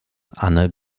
anne